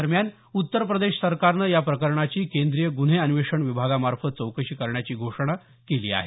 दरम्यान उत्तर प्रदेश सरकारनं या प्रकरणाची केंद्रीय गुन्हे अन्वेषण विभागामार्फत चौकशी करण्याची घोषणा केली आहे